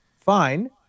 fine